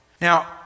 Now